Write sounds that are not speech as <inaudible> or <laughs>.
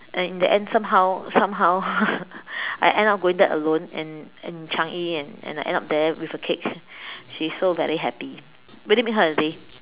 and in the end somehow somehow <laughs> I end up going there alone and and Changi and and I end up there with a cake she is so very happy really made her day